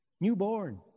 Newborn